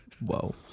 Whoa